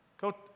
go